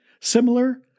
similar